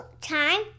time